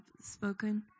spoken